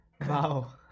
Wow